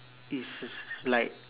this is like